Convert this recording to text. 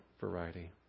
variety